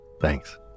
Thanks